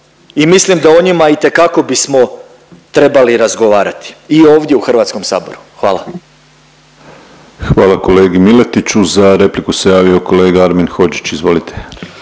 i mislim da o njima itekako bismo trebali razgovarati i ovdje u HS-u. Hvala. **Penava, Ivan (DP)** Hvala kolegi Miletiću. Za repliku se javio kolega Armin Hodžić, izvolite.